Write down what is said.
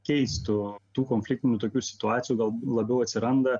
keistų tų konfliktinių tokių situacijų gal labiau atsiranda